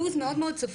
לוח זמנים מאוד צפוף.